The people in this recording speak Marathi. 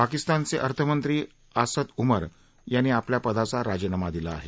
पाकिस्तानचे अर्थमंत्री आसद उमर यांनी आपल्या पदाचा राजीनामा दिला आहे